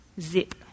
zip